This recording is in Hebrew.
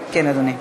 כן, אדוני.